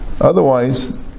Otherwise